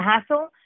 hassle